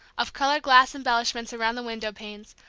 of colored glass embellishments around the window-panes,